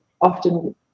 often